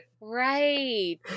Right